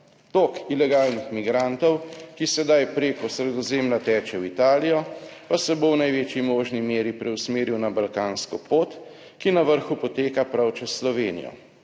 Tok ilegalnih migrantov, ki sedaj preko Sredozemlja teče v Italijo, pa se bo v največji možni meri preusmeril na balkansko pot, ki na vrhu poteka prav čez Slovenijo,